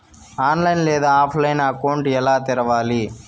online లేదా ఆఫ్లైన్లో account ఎలా తెరవాలి